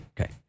Okay